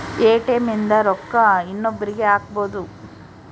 ATM ಇಂದ ರೊಕ್ಕ ಇನ್ನೊಬ್ರೀಗೆ ಹಕ್ಬೊದು